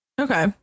Okay